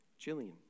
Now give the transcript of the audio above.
Jillian